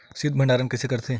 शीत भंडारण कइसे करथे?